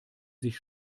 sich